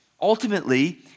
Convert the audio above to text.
ultimately